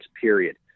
period